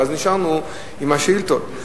ואז נשארנו עם השאילתות.